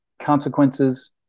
consequences